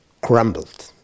crumbled